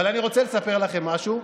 אבל אני רוצה לספר לכם משהו,